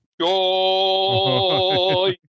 joy